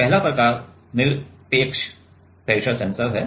पहला प्रकार निरपेक्ष प्रेशर सेंसर है